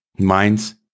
minds